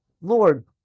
Lord